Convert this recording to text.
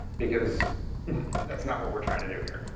because that's not what we're trying to do here.